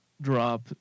drop